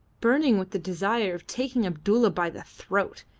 burning with the desire of taking abdulla by the throat,